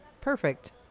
Perfect